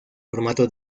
formato